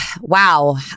wow